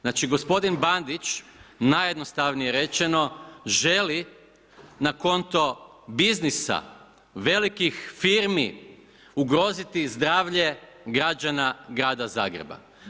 Znači gospodin Bandić najjednostavnije rečeno, želi na konto biznisa velikih firmi ugroziti zdravlje građana grada Zagreba.